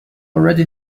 already